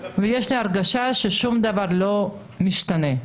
ויש לי הרגשה ששום דבר לא משתנה.